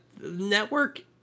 network